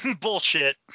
Bullshit